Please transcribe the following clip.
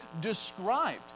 described